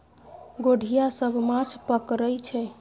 गोढ़िया सब माछ पकरई छै